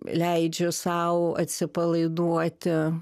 leidžiu sau atsipalaiduoti